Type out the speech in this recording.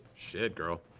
shit, girl.